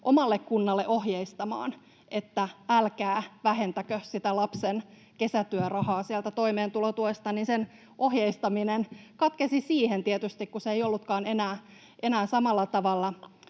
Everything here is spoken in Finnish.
omalle kunnalle ohjeistamaan, että älkää vähentäkö lapsen kesätyörahaa sieltä toimeentulotuesta, katkesi tietysti siihen, kun se asia ei ollutkaan enää samalla tavalla